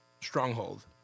stronghold